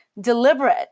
deliberate